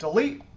delete.